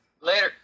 Later